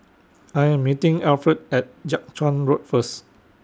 I Am meeting Alfred At Jiak Chuan Road First